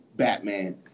Batman